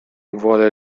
vuole